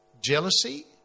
jealousy